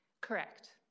Correct